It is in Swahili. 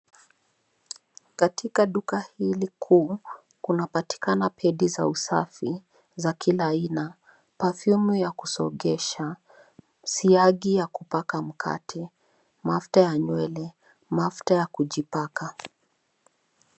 Katika duka hili kuu, kunapatikana vitu za usafi za kila aina, perfume ya kusogesha, siagi ya kupata mkate, mafuta ya nywele, mafuta ya kujipaka.